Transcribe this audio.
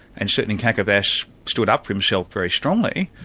and certainly kakavas stood up for himself very strongly,